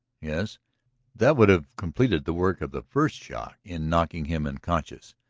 yes that would have completed the work of the first shock in knocking him unconscious.